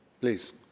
please